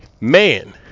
man